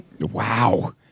Wow